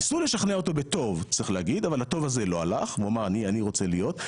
ניסו לשכנע אותו בטוב אבל טוב הזה לא הלך והוא אמר שאני רוצה להיות.